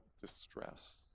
distress